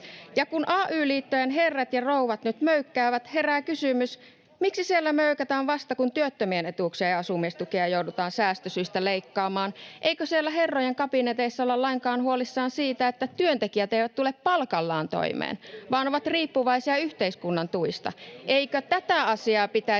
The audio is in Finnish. Ja kun ay-liittojen herrat ja rouvat nyt möykkäävät, herää kysymys: miksi siellä möykätään vasta, kun työttömien etuuksia tai asumistukea joudutaan säästösyistä leikkaamaan? [Vasemmalta: Eikö perussuomalaiset olekaan duunaripuolue?] Eikö siellä herrojen kabineteissa olla lainkaan huolissaan siitä, että työntekijät eivät tule palkallaan toimeen, vaan ovat riippuvaisia yhteiskunnan tuista? Eikö tätä asiaa pitäisi